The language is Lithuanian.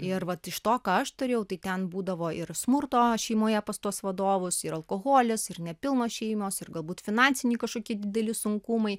ir vat iš to ką aš turėjau tai ten būdavo ir smurto šeimoje pas tuos vadovus ir alkoholis ir nepilnos šeimos ir galbūt finansiniai kažkokie dideli sunkumai